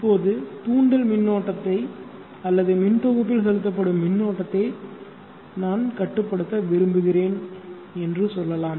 இப்போது தூண்டல் மின்னோட்டத்தை அல்லது மின் தொகுப்பில் செலுத்தப்படும் மின்னோட்டத்தை நான் கட்டுப்படுத்த விரும்புகிறேன் என்று சொல்லலாம்